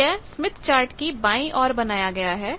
तो यह Smith chart की बाई और बनाया जाता है